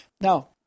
Now